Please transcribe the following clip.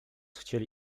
chcieli